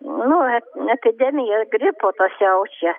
nu e epidemija gripo ta siaučia